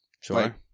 Sure